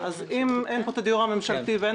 אם אין פה את אנשי הדיור הממשלתי ואין